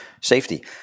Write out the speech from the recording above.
safety